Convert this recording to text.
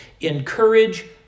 encourage